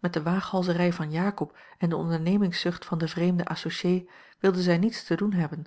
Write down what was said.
met de waaghalzerij van jakob en de ondernemingszucht van den vreemden associé wilde zij niets te doen hebben